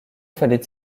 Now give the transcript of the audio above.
fallait